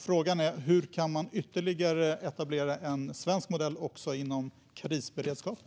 Frågan är: Hur kan man ytterligare etablera en svensk modell också inom krisberedskapen?